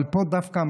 אבל פה המקום,